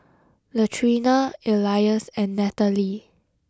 Latrina Elias and Nathaly